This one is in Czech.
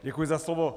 Děkuji za slovo.